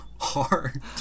hard